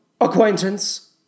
acquaintance